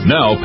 Now